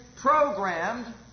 programmed